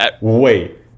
Wait